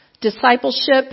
discipleship